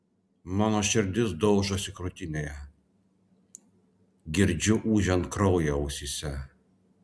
mano širdis daužosi krūtinėje girdžiu ūžiant kraują ausyse